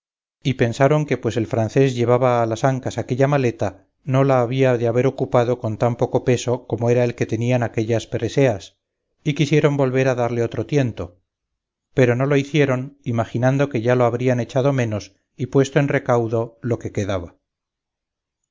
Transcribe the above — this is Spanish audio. y pensaron que pues el francés llevaba a las ancas aquella maleta no la había de haber ocupado con tan poco peso como era el que tenían aquellas preseas y quisieran volver a darle otro tiento pero no lo hicieron imaginando que ya lo habrían echado menos y puesto en recaudo lo que quedaba